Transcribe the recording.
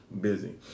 busy